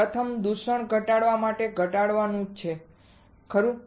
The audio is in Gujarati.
પ્રથમ દૂષણ ઘટાડવા માટે ઘટાડવાનું છે ખરું